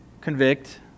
convict